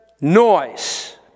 noise